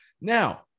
Now